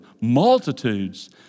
Multitudes